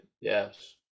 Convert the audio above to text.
yes